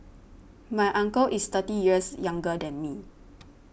my uncle is thirty years younger than me